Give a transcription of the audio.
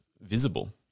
visible